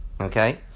okay